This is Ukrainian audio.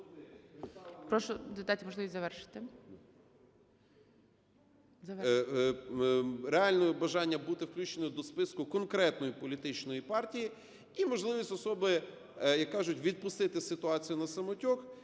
…реального бажання бути включеним до списку конкретної політичної партії, і можливість особи, як кажуть, відпустити ситуацію на самотек